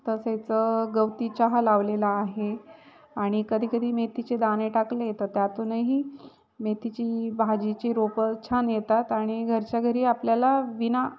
तसेचं गवती चहा लावलेला आहे आणि कधीकधी मेथीचे दाणे टाकले तर त्यातूनही मेथीची भाजीची रोपं छान येतात आणि घरच्याघरी आपल्याला विना